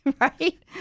right